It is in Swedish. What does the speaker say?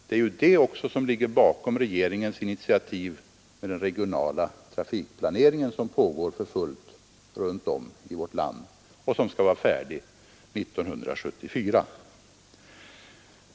Det är bl.a. detta som ligger bakom regeringens initiativ till den regionala trafikplaneringen, som pågår för fullt runt om i vårt land och som skall vara färdig 1974.